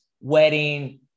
wedding